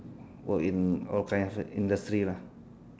work in all kinds of industry lah